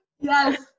Yes